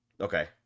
Okay